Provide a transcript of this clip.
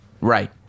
right